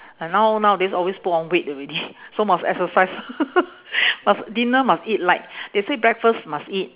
uh now~ nowadays always put on weight already so must exercise must dinner must eat light they say breakfast must eat